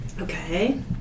Okay